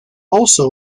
also